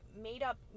made-up